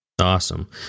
Awesome